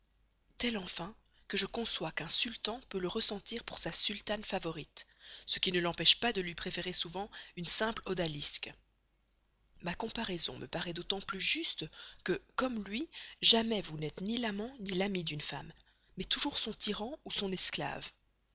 tel enfin que je conçois qu'un sultan peut le ressentir pour sa sultane favorite ce qui ne l'empêche pas de lui préférer souvent une simple odalisque ma comparaison me paraît d'autant plus juste que comme lui jamais vous n'êtes ni l'ami ni l'amant d'une femme mais toujours son tyran ou son esclave